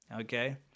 Okay